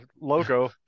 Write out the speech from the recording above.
logo